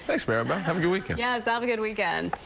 thanks. but um yeah have a good weekend. yeah so have a good weekend.